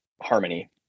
harmony